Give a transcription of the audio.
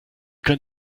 könnt